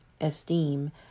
esteem